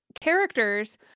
characters